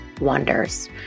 wonders